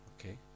Okay